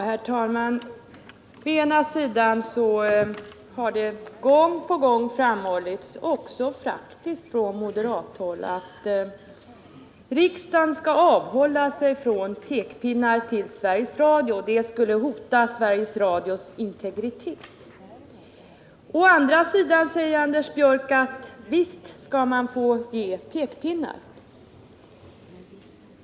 Herr talman! Å ena sidan har det gång på gång framhållits — faktiskt också från moderathåll — att riksdagen skall avhålla sig från att ge pekpinnar till Sveriges Radio. Det skulle hota Sveriges Radios integritet. Å andra sidan säger Anders Björck att visst skall man få ge pekpinnar.